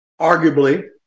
arguably